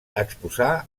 exposà